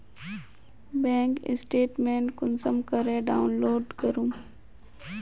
Bank statement कुंसम करे download करूम?